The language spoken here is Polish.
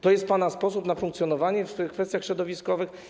To jest pana sposób na funkcjonowanie w kwestiach środowiskowych?